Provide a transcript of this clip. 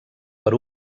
per